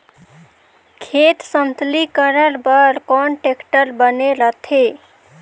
खेत समतलीकरण बर कौन टेक्टर बने रथे?